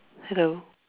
hello